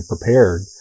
prepared